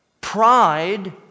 pride